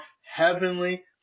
heavenly